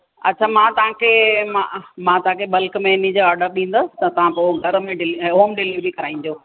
अच्छा मां तव्हांखे मां मां तव्हांखे बल्क में हिनजो ऑडर ॾींदसि तव्हांं पोइ घर में डिली होम डिलीवरी कराइजो